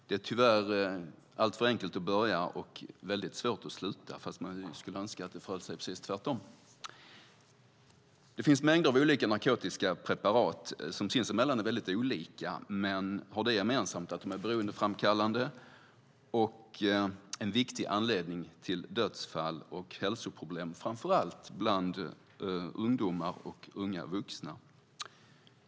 Det är tyvärr alltför enkelt att börja och väldigt svårt att sluta, fast man skulle önska att det förhöll sig precis tvärtom. Det finns mängder av olika narkotiska preparat som sinsemellan är väldigt olika men har det gemensamt att de är beroendeframkallande och en viktig anledning till dödsfall och hälsoproblem framför allt bland ungdomar och unga vuxna.